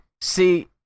see